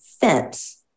fence